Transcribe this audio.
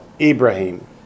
Ibrahim